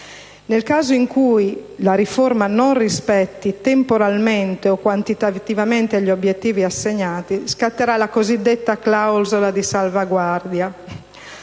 Nel caso in cui la riforma non rispetti temporalmente o quantitativamente gli obiettivi assegnati, scatterà la cosiddetta clausola di salvaguardia